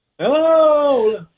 Hello